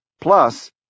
Plus